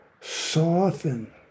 soften